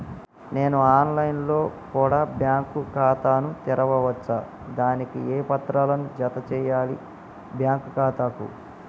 నేను online లో కూడా బ్యాంకు ఖాతా ను తెరవ వచ్చా? దానికి ఏ పత్రాలను జత చేయాలి బ్యాంకు ఖాతాకు?